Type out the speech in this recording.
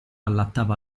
allattava